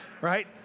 right